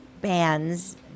bands